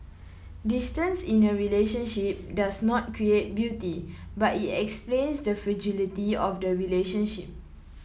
distance in a relationship does not create beauty but it explains the fragility of the relationship